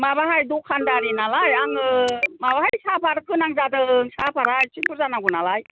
माबाहाय दखान्दारि नालाय आङो माबाहाय साफाथ गोनां जादों साफाथआ एसे बुरजा नांगौ नालाय